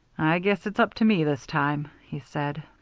i guess it's up to me this time, he said.